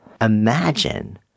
imagine